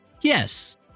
Yes